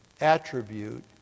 attribute